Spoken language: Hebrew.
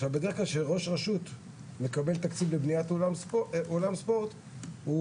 עכשיו בדרך-כלל שראש עיר מקבל תקציב לבנית אולם ספורט הוא